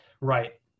Right